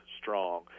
strong